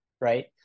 right